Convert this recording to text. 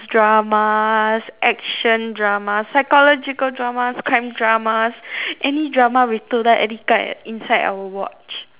dramas action dramas psychological dramas crime dramas any drama with toda-erika ah inside I will watch